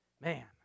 Man